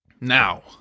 now